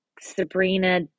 Sabrina